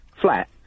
flat